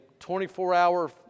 24-hour